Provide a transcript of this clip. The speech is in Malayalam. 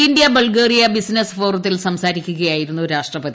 ഇന്ത്യ ബൾഗേറിയ ബിസിനസ് ഫോറത്തിൽ സംസാരിക്കുകയായിരുന്നു രാഷ്ട്രപതി